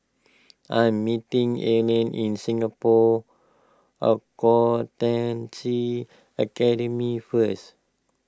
I am meeting Allen in Singapore Accountancy Academy first